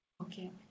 Okay